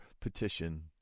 petition